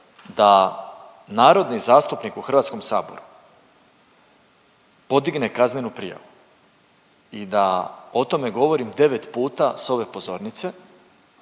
da narodni zastupnik u HS podigne kaznenu prijavu i da o tome govorim 9 puta s ove pozornice,